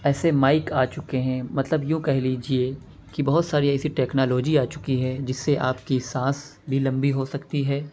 ایسے مائیک آ چکے ہیں مطلب یوں کہہ لیجیے کہ بہت ساری ایسی ٹیکنالوجی آ چکی ہے جس سے آپ کی سانس بھی لمبی ہو سکتی ہے